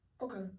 Okay